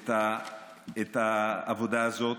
את העבודה הזאת.